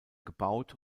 gebaut